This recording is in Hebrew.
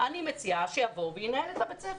אני מציעה שיבוא וינהל את בית הספר.